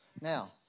Now